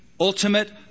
ultimate